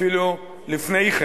אפילו לפני כן.